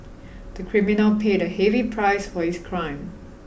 the criminal paid a heavy price for his crime